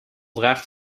draagt